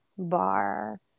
Bar